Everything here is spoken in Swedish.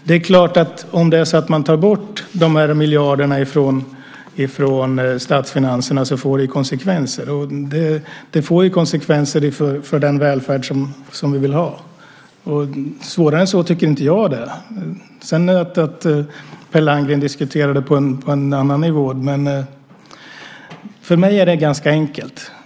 Det är klart att det får konsekvenser om man tar bort miljarderna från statsfinanserna. Det får konsekvenser för den välfärd som vi vill ha. Svårare än så tycker inte jag att det är. Per Landgren diskuterar det på en annan nivå, men för mig är det ganska enkelt.